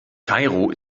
kairo